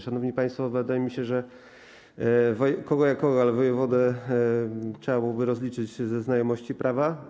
Szanowni państwo, wydaje mi się, że kogo jak kogo, ale wojewodę trzeba byłoby rozliczyć ze znajomości prawa.